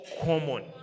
common